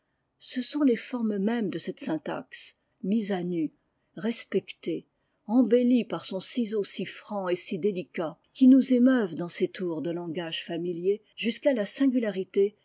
ce sont les formes mêmes de cette syntaxe mises à nu respectées embellies par son ciseau si franc et si délica qui nous émeuvent dans ces tours de langage familiers jusqu'à la singularité